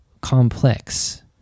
complex